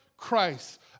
Christ